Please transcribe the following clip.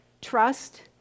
trust